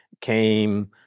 came